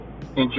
enjoy